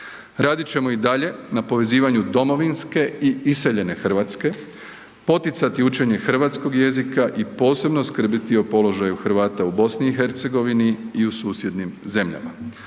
Radit ćemo i dalje na povezivanju domovinske i iseljenje RH, poticanje učenje hrvatskog jezika i posebno skrbiti o položaju Hrvata u BiH i u susjednim zemljama.